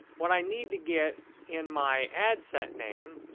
what i need to get in my ad set name,